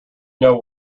know